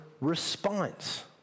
response